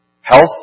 Health